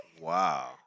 Wow